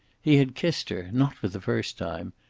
he had kissed her, not for the first time,